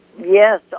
Yes